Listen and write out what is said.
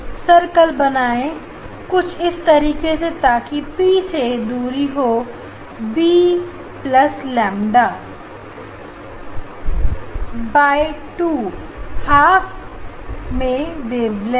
sir कल बनाइए कुछ इस तरीके से ताकि पी से दूरी हो बी प्लस लैम्ब्डा बटा दो हाफ में वेवलेंथ